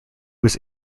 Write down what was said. was